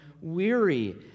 weary